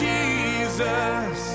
Jesus